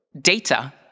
data